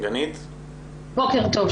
בוקר טוב.